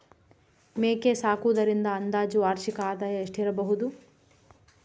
ಮೇಕೆ ಸಾಕುವುದರಿಂದ ಅಂದಾಜು ವಾರ್ಷಿಕ ಆದಾಯ ಎಷ್ಟಿರಬಹುದು?